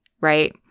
right